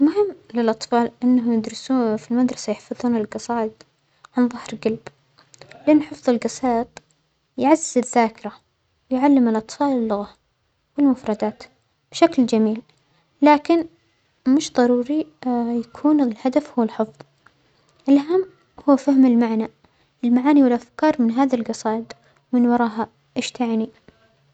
مهم للأطفال أنهم يدرسوا في المدرسة يحفظون الجصايد عن ظهر جلب، لأن حفظ الجصايد يعزز الذاكرة ويعلم الأطفال اللغة والمفردات بشكل جميل، لكن مش ضروري أ-يكون الهدف هو الحفظ، الأهم هو فهم المعنى-المعانى والأفكار من هذه الجصايد من وراها ايش تعنى.